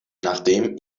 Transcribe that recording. nachdem